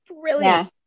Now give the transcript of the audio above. brilliant